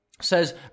says